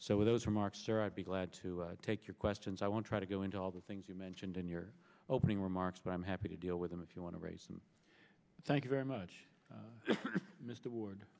so those remarks are i'd be glad to take your questions i won't try to go into all the things you mentioned in your opening remarks but i'm happy to deal with them if you want to race and thank you very much mr ward